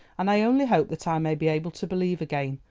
and i only hope that i may be able to believe again.